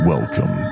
Welcome